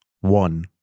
One